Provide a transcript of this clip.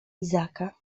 izaaka